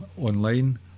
online